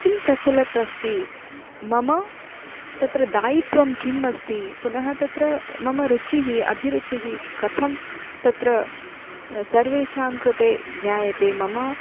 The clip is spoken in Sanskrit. किं प्रचलत् अस्ति मम तत्र दायित्वं किम् अस्ति पुनः तत्र मम रुचिः अभिरुचिः कथं तत्र सर्वेषां कृते ज्ञायते मम